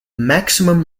maximum